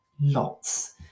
lots